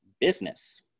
business